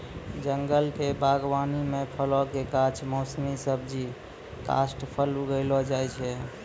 जंगल क बागबानी म फलो कॅ गाछ, मौसमी सब्जी, काष्ठफल उगैलो जाय छै